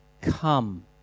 come